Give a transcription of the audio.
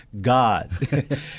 God